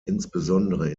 insbesondere